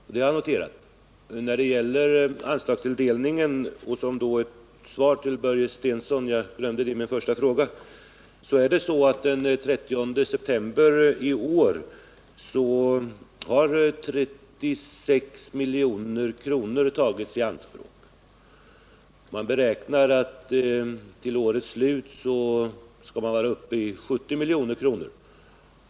I fråga om anslagstilldelningen vill jag säga som ett svar till Börje Stensson, eftersom jag glömde det i mitt förra inlägg, att den 30 september i år hade 36 milj.kr. tagits i anspråk. Man beräknar att beloppet till årets slut skall vara uppe i 70 milj.kr.